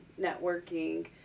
networking